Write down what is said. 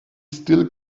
still